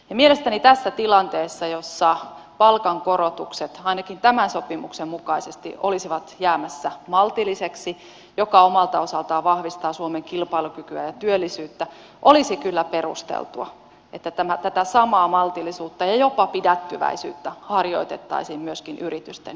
mielestäni tässä tilanteessa jossa palkankorotukset ainakin tämän sopimuksen mukaisesti olisivat jäämässä maltillisiksi mikä omalta osaltaan vahvistaa suomen kilpailukykyä ja työllisyyttä olisi kyllä perusteltua että tätä samaa maltillisuutta ja jopa pidättyväisyyttä harjoitettaisiin myöskin yritysten johdossa